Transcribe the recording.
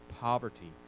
poverty